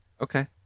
Okay